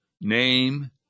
name